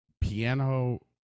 piano